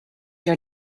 your